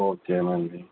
ఓకేనండి